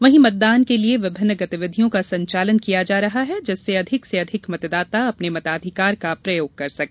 वहीं मतदान के लिए विभिन्न गतिविधियों का संचालन किया जा रहा है जिससे अधिक से अधिक मतदाता अपने मताधिकार का प्रयोग कर सके